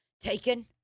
Taken